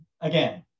again